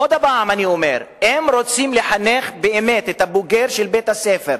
עוד פעם אני אומר: אם רוצים לחנך באמת את בוגר בית-הספר,